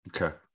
Okay